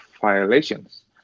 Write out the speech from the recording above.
violations